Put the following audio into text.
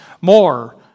more